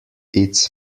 its